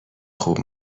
خوب